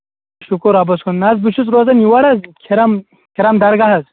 شُکُر رۄبَس کُن نہ حظ بہٕ چھُس روزان یور حظ کھِرَم کھِرَم درگاہ حظ